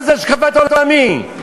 מה זה השקפת עולמי?